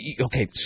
Okay